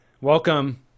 Welcome